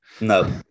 no